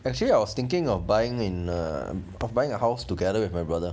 actually I was thinking of buying in uh buying a house together with my brother